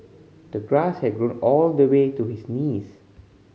the grass had grown all the way to his knees